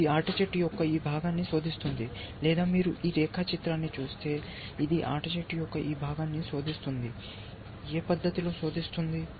ఇది ఆట చెట్టు యొక్క ఈ భాగాన్ని శోధిస్తుంది లేదా మీరు ఈ రేఖాచిత్రాన్ని చూస్తే ఇది ఆట చెట్టు యొక్క ఈ భాగాన్ని శోధిస్తుంది ఏ పద్ధతిలో శోధిస్తుంది